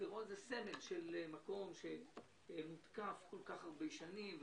שדרות זה סמל של מקום שמותקף כל כך הרבה שנים,